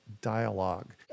dialogue